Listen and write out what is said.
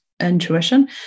intuition